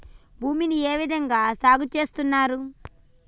భూమిని ఏ విధంగా సాగు చేస్తున్నారు?